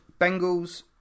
Bengals